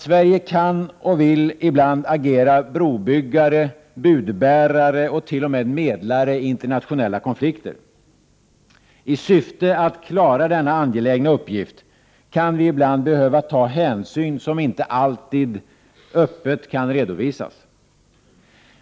Sverige vill och kan ibland agera brobyggare, budbärare och t.o.m. medlare i internationella konflikter. I syfte att klara denna angelägna uppgift kan vi ibland behöva ta hänsyn som inte alltid öppet kan redovisas.